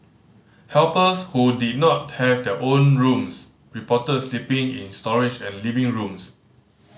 helpers who did not have their own rooms reported sleeping in storage and living rooms